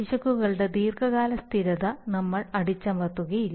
പിശകുകളുടെ ദീർഘകാല സ്ഥിരത നമ്മൾ അടിച്ചമർത്തുകയില്ല